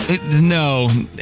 no